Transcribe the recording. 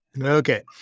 Okay